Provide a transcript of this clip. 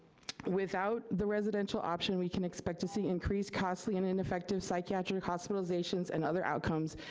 without the residential option, we can expect to see increased costly and ineffective psychiatric hospitalizations and other outcomes,